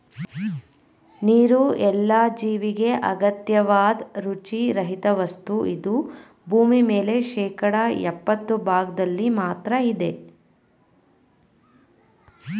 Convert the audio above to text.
ನೀರುಎಲ್ಲ ಜೀವಿಗೆ ಅಗತ್ಯವಾದ್ ರುಚಿ ರಹಿತವಸ್ತು ಇದು ಭೂಮಿಮೇಲೆ ಶೇಕಡಾ ಯಪ್ಪತ್ತು ಭಾಗ್ದಲ್ಲಿ ಮಾತ್ರ ಇದೆ